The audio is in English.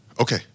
Okay